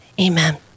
Amen